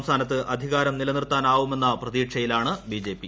സംസ്ഥാനത്ത് അധികാരം നിലനിർത്താനാവുമെന്ന പ്രതീക്ഷയിലാണ് ബിജെപി